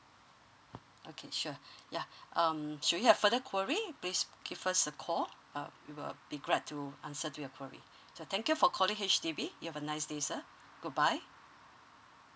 okay sure yeah um should you have further queries please give us a call uh we will be glad to answer do you queries so thank you for calling H_D_B you have a nice day sir goodbye